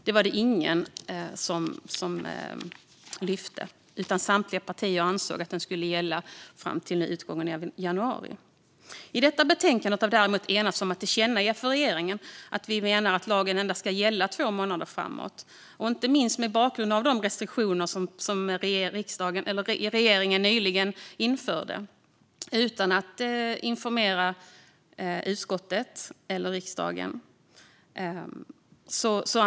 Det var ingen som lyfte fram det, utan samtliga partier ansåg att lagen skulle gälla till utgången av januari. I detta betänkande har vi däremot enats om att tillkännage för regeringen att vi menar att lagen endast ska gälla två månader framåt. Det gäller inte minst mot bakgrund av de restriktioner som regeringen nyligen införde utan att informera utskottet eller riksdagen.